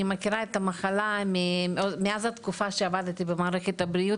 אני מכירה את המחלה מהתקופה בה עבדתי במערכת הבריאות